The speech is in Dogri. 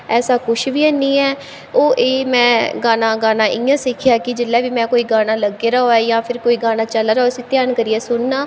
ऐसा कुछ बी हैन्नी ऐ ओह् एह् में गाना गाना इ'यां सिक्खेआ कि जेल्ले बी में कोई गाना लग्गे दा होऐ जां फिर कोई गाना चला दा होऐ उस्सी ध्यान करियै सुनना